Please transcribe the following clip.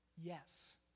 Yes